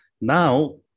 now